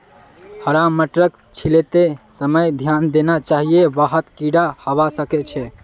हरा मटरक छीलते समय ध्यान देना चाहिए वहात् कीडा हवा सक छे